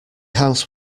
house